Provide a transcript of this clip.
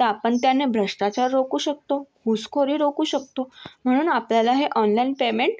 तर आपण त्याने भ्रष्टाचार रोखू शकतो घूसखोरी रोखू शकतो म्हणून आपल्याला हे ऑनलाईन पेमेंट